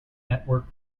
network